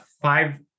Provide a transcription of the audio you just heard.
five